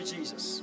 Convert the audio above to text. Jesus